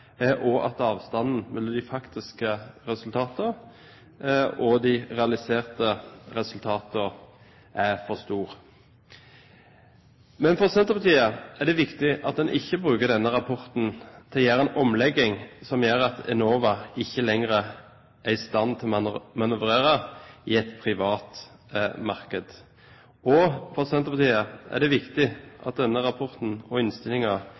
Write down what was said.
avstanden mellom de faktiske resultater og de realiserte resultater er for stor. Men for Senterpartiet er det viktig at man ikke bruker denne rapporten til en omlegging som gjør at Enova ikke lenger er i stand til å manøvrere i et privat marked. For Senterpartiet er det også viktig at denne rapporten og